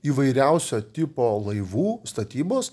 įvairiausio tipo laivų statybos